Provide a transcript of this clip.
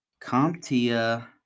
CompTIA